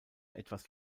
etwas